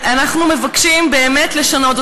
אנחנו מבקשים באמת לשנות.